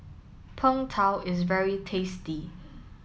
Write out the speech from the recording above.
Png Tao is very tasty